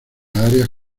áreas